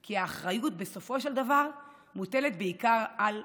כי האחריות בסופו של דבר מוטלת בעיקר על עצמנו,